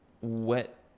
wet